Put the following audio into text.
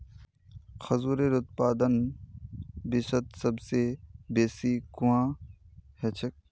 खजूरेर उत्पादन विश्वत सबस बेसी कुहाँ ह छेक